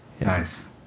nice